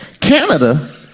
Canada